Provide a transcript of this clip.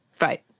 Right